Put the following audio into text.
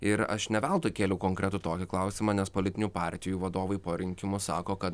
ir aš ne veltui kėliau konkretų tokį klausimą nes politinių partijų vadovai po rinkimų sako kad